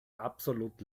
absolut